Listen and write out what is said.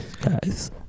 Guys